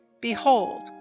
behold